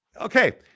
Okay